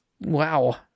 wow